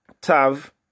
Tav